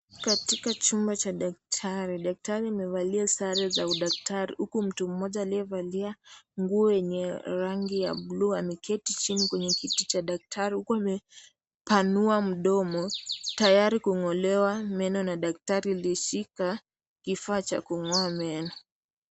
Katika chumba cha daktari, daktari amevalia sare za udaktari huku mtu mmoja aliyevalia nguo yenye rangi ya bluu ameketi chini kwenye kiti cha daktari huku amepanua mdomo tayari kungolewa meno na daktari aliyeshika kifaa cha kungoa meno.